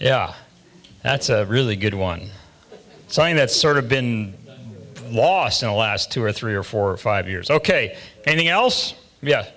yeah that's a really good one saying that sort of been lost in the last two or three or four or five years ok anything else yeah